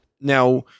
Now